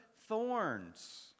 thorns